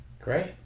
Great